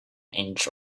inch